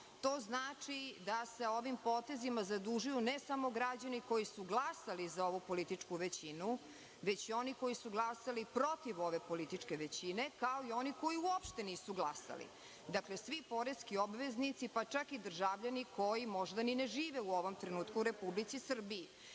to znači da se ovim potezima zadužuju ne samo građani koji su glasali za ovu političku većini, već i oni koji su glasali protiv ove političke većine, kao i oni koji uopšte nisu glasali. Dakle, svi poreski obveznici, pa čak i državljani koji možda ni ne žive u ovom trenutku u Republici Srbiji,